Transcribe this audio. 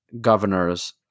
governors